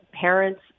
parents